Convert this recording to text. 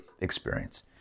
experience